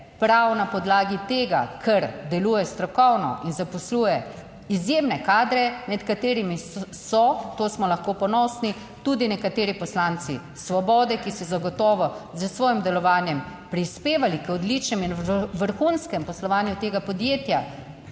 prav na podlagi tega, kar deluje strokovno in zaposluje izjemne kadre, med katerimi so, to smo lahko ponosni, tudi nekateri poslanci Svobode, ki so zagotovo s svojim delovanjem prispevali k odličnemu **32. TRAK: (VP) 15.35**